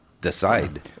decide